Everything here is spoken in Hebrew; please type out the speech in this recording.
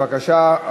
בבקשה,